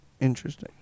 Interesting